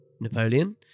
Napoleon